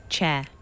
Chair